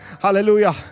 Hallelujah